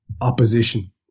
opposition